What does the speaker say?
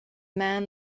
man